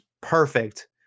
Perfect